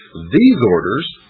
these orders,